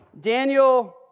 Daniel